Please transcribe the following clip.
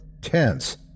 tense